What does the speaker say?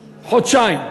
חודשיים,